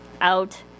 out